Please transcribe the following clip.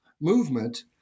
movement